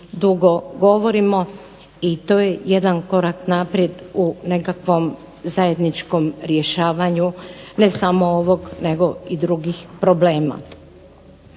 dugo govorimo i to je jedan korak naprijed u nekakvom zajedničkom rješavanju ne samo ovog nego i drugih problema.